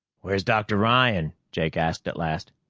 where's dr. ryan? jake asked at last.